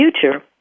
future